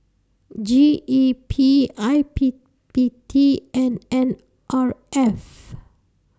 G E P I P P T and N R F